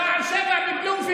שער 7 בבלומפילד,